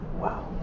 Wow